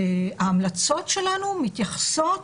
ההמלצות שלנו מתייחסות